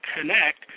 connect